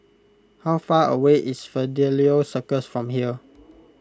how far away is Fidelio Circus from here